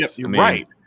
right